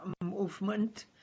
movement